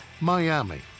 Miami